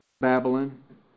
Babylon